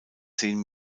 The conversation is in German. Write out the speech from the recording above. zehn